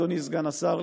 אדוני סגן השר,